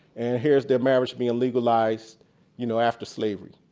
and here's their marriage being legalized you know after slavery.